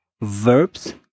verbs